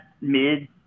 mid